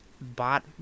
bot